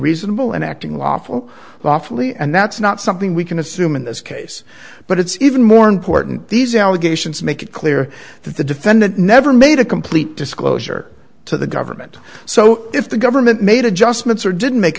reasonable and acting lawful lawfully and that's not something we can assume in this case but it's even more important these allegations make it clear that the defendant never made a complete disclosure to the government so if the government made adjustments or didn't make